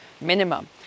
Minimum